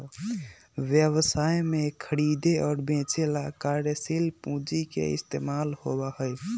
व्यवसाय में खरीदे और बेंचे ला कार्यशील पूंजी के इस्तेमाल होबा हई